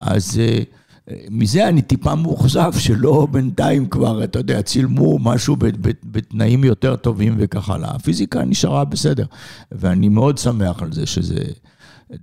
אז מזה אני טיפה מאוכזב שלא בינתיים כבר, אתה יודע, צילמו משהו בתנאים יותר טובים וככה, לפיזיקה נשארה בסדר. ואני מאוד שמח על זה